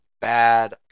Bad